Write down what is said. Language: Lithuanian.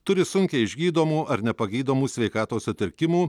turi sunkiai išgydomų ar nepagydomų sveikatos sutrikimų